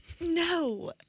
No